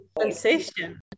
sensation